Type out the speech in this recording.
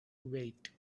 wait